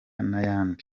n’ayandi